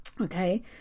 okay